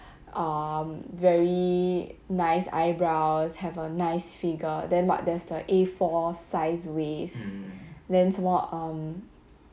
um very nice eyebrows have a nice figure then what there's the a four size waist then 什么 um